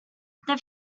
they